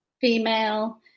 female